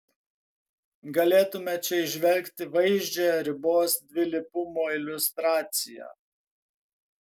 galėtume čia įžvelgti vaizdžią ribos dvilypumo iliustraciją